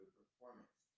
performance